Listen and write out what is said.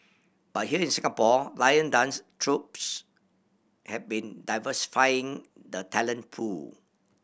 but here in Singapore lion dance troupes have been diversifying the talent pool